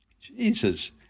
Jesus